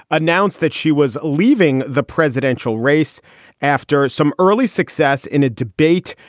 announced that she was leaving the presidential race after some early success in a debate,